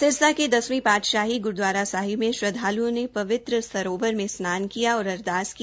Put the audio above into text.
सिरसा के दसवी पातशाही ग्रूदवारा में श्रद्वाल्ओं ने पवित्र सरोवर में स्नान किया और अरदास की